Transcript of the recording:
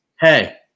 Hey